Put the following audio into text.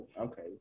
Okay